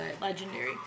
Legendary